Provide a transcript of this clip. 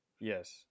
Yes